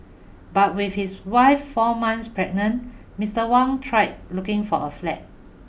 but with his wife four months pregnant Mister Wang tried looking for a flat